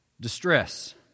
Distress